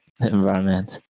environment